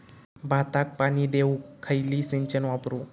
भाताक पाणी देऊक खयली सिंचन वापरू?